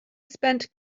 spent